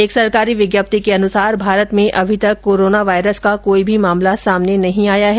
एक सरकारी विज्ञप्ति के अनुसार भारत में अभी तक कोरोना वायरस का कोई भी मामला सामने नहीं आया है